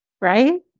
right